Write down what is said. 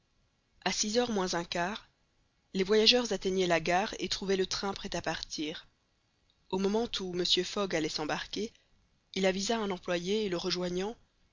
a six heures moins un quart les voyageurs atteignaient la gare et trouvaient le train prêt à partir au moment où mr fogg allait s'embarquer il avisa un employé et le rejoignant